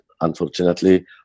unfortunately